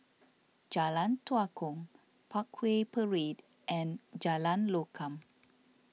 Jalan Tua Kong Parkway Parade and Jalan Lokam